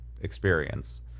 experience